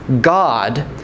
God